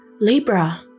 Libra